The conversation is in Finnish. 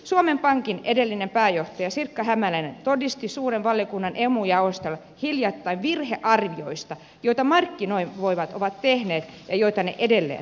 suomen pankin edellinen pääjohtaja sirkka hämäläinen todisti suuren valiokunnan emu jaostolle hiljattain virhearvioista joita markkinavoimat olivat tehneet ja joita ne edelleen tekevät